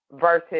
versus